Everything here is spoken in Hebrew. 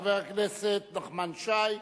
חבר הכנסת נחמן שי,